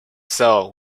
cell